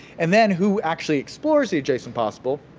and then who actually explores the adjacent possible,